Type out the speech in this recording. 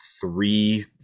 three